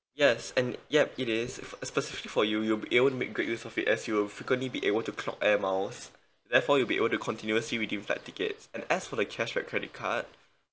yes and yup it is s~ specific for you you'll be to make great use of it as you'll frequently be able to clock air miles therefore you'll be able to continuously redeem flight tickets and as for the cashback credit card